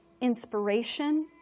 inspiration